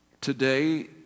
Today